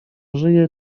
żyje